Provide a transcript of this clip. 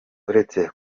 uretse